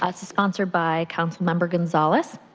ah sponsored by councilmember gonzales.